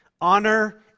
honor